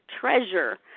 treasure